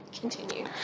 Continue